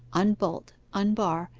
unbolt, unbar,